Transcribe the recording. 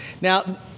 Now